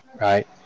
right